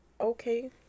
okay